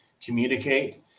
communicate